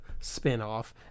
spinoff